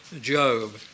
Job